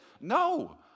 No